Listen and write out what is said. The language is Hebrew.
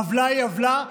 עוולה היא עוולה,